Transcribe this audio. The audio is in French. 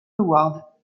award